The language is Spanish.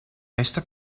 esta